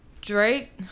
Drake